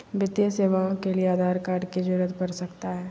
वित्तीय सेवाओं के लिए आधार कार्ड की जरूरत पड़ सकता है?